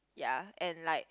yea and like